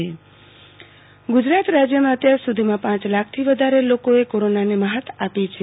આરતી ભટ રાજય કોરોના ઃ ગુજરાત રાજયમાં અત્યાર સુધીમાં પાંચ લાખથી વધારે લોકોએ કોરોનાને મ્હાત આપી છે